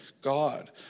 God